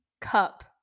cup